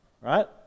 right